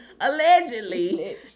allegedly